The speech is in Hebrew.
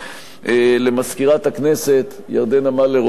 למזכירת הכנסת ירדנה מלר-הורוביץ,